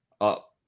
up